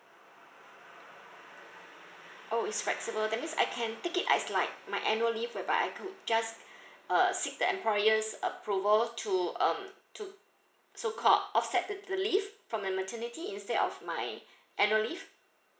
oh it's flexible that means I can take it as like my annual leave whereby I could just uh seek the employer's approval to um to so called offset the the leave from my maternity instead of my annual leave